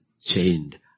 chained